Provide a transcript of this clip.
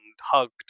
hugged